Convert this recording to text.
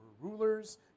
rulers